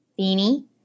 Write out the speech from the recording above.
Beanie